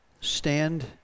Stand